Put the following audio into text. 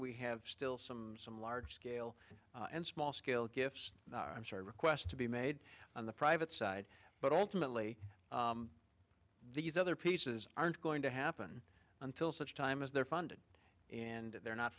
we have still some some large scale and small scale gifts i'm sure requests to be made on the private side but ultimately these other pieces aren't going to happen until such time as they're funded and they're not